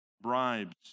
bribes